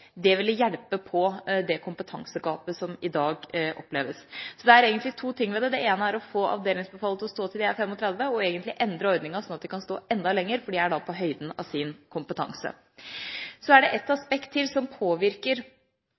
Det ville hjelpe på det kompetansegapet som i dag oppleves. Så det er egentlig to ting ved det: Det ene er å få avdelingsbefalet til å stå til de er 35 år, og så er det å endre ordningen så de kan stå enda lenger, for de er da på høyden av sin kompetanse. Så er det ett aspekt til som påvirker